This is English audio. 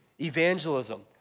evangelism